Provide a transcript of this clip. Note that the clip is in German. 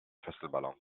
fesselballon